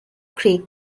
creek